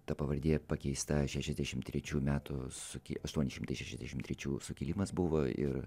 ta pavardė pakeista šešiasdešimt trečių metų suki aštuoni šimtai šešiasdešimt trečių sukilimas buvo ir